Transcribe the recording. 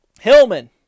Hillman